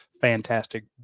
fantastic